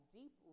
deep